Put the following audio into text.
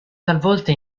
talvolta